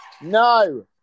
No